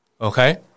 Okay